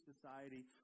society